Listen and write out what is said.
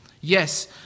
Yes